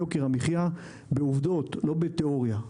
יוקר המחיה בעבודות לא בתיאוריה.